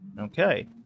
Okay